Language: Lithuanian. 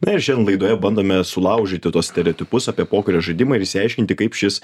na ir šiandien laidoje bandome sulaužyti tuos stereotipus apie pokario žaidimą ir išsiaiškinti kaip šis